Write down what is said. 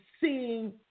seeing